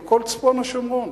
על כל צפון השומרון.